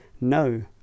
No